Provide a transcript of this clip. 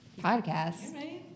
podcast